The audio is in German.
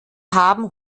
haben